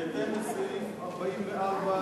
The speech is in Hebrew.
בהתאם לסעיף 44(ה)(2)